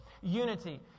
unity